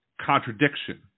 contradiction